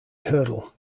hurdle